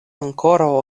ankoraŭ